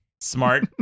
smart